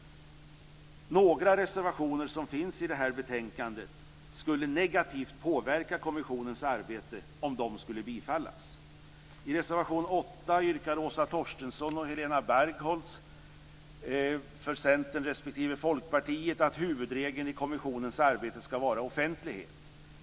Några av de reservationer som finns i det här betänkandet skulle negativt påverka kommissionens arbete om de skulle bifallas. I reservation 8 yrkar Åsa Torstensson och Helena Bargholtz för Centern respektive Folkpartiet att huvudregeln i kommissionens arbete ska vara offentlighet.